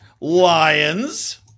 lions